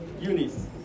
Eunice